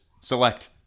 select